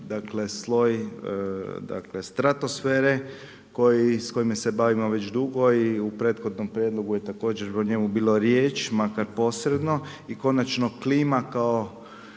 sloj, sloj stratosfere, s kojima se bavimo već drugo i u prethodnom prijedlogu je također o njemu bila riječ, makar posredno, i konačno kalima kao